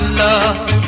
love